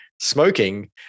smoking